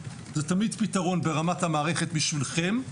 זה תמיד פתרון ברמת המערכת בשבילכם,